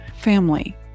family